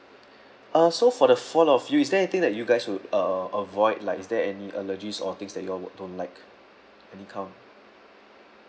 uh so for the four of you is there anything that you guys would uh avoid like is there any allergies or things that you all would don't like any kind